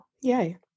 Yay